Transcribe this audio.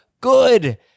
good